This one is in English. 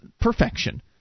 perfection